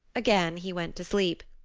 again he went to sleep.